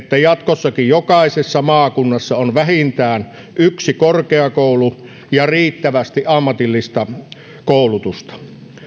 että jatkossakin jokaisessa maakunnassa on vähintään yksi korkeakoulu ja riittävästi ammatillista koulutusta